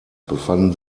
befanden